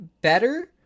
better